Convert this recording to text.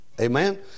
Amen